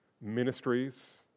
ministries